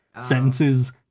sentences